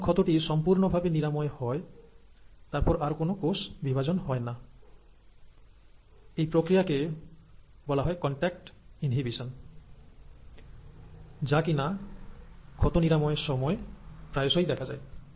যখন ক্ষতটি সম্পূর্ণভাবে নিরাময় হয় তারপর আর কোন কোষ বিভাজন হয় না এবং এই প্রক্রিয়াকে বলা হয় কন্টাক্ট ইনহিবিশন যা কিনা ক্ষত নিরাময়ের সময় প্রায়শই দেখা যায়